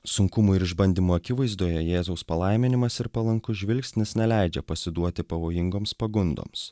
sunkumų ir išbandymų akivaizdoje jėzaus palaiminimas ir palankus žvilgsnis neleidžia pasiduoti pavojingoms pagundoms